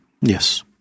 Yes